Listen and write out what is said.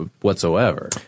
whatsoever